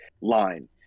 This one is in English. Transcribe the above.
line